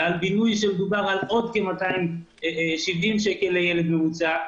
ועל בינוי מדובר על עוד כ-270 שקל לילד בממוצע.